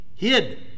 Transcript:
hid